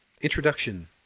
introduction